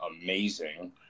amazing